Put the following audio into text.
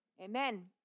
Amen